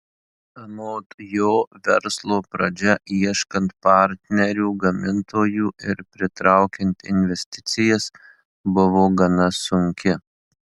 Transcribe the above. anot jo verslo pradžia ieškant partnerių gamintojų ir pritraukiant investicijas buvo gana sunki